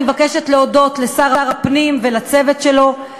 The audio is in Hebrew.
אני מבקשת להודות לשר הפנים ולצוות שלו,